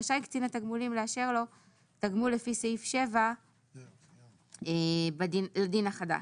רשאי קצין התגמולים לאשר לו תגמול לפי סעיף 7 לדין החדש.